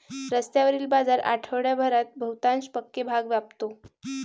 रस्त्यावरील बाजार आठवडाभरात बहुतांश पक्के भाग व्यापतो